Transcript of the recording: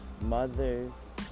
Mothers